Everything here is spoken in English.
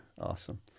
awesome